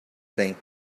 thing